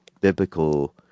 biblical